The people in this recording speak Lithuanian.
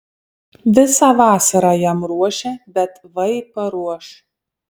visą vasarą jam ruošia bet vai paruoš